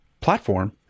platform